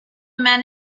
men